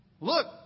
Look